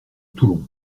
toulon